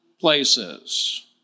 places